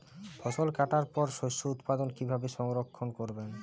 ফসল কাটার পর শস্য উৎপাদন কিভাবে সংরক্ষণ করবেন?